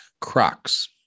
Crocs